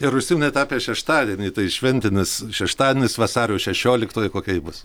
ir užsiminėt apie šeštadienį tai šventinis šeštadienis vasario šešioliktoji kokia ji bus